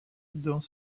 dans